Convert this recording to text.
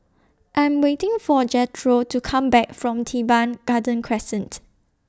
I Am waiting For Jethro to Come Back from Teban Garden Crescent